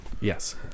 Yes